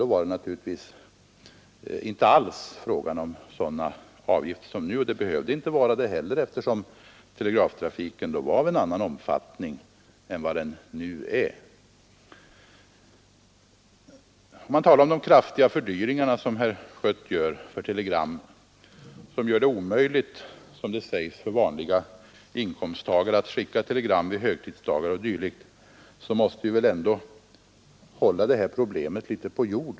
Då var det naturligtvis inte alls fråga om sådana avgifter som nu, och avgifterna behövde heller inte vara så höga, eftersom telegramtrafiken då var av en annan omfattning än den är nu. Herr Schött talar om den kraftiga fördyringen av telegram, som gör det omöjligt för vanliga inkomsttagare att skicka telegram på högtidsdagar o. d.